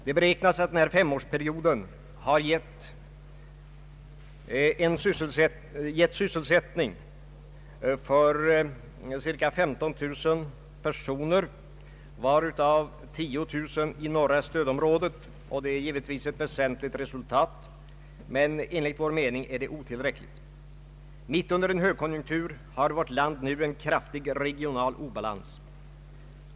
Det beräknas att den här femårsperioden gett sysselsättning åt cirka 15 000 personer, varav 10 000 i norra stödområdet. Detta resultat är givetvis väsentligt men enligt vår mening ändå otillräckligt. Mitt under en högkonjunktur har vårt land nu en kraftig regional obalans.